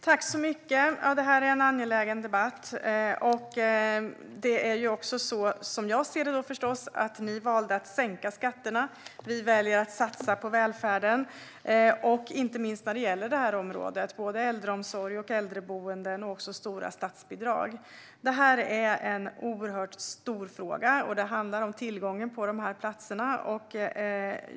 Herr talman! Detta är en angelägen debatt. Som jag ser det valde ni att sänka skatterna. Vi väljer att satsa på välfärden, inte minst på detta område. Det gäller både äldreomsorg och äldreboenden men även stora statsbidrag. Frågan är oerhört stor. Det handlar om tillgång på platser.